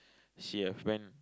she have went